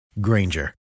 Granger